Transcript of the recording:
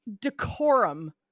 decorum